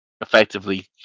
effectively